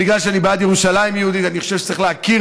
בגלל שאני בעד ירושלים יהודית אני חושב שצריך להכיר